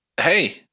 Hey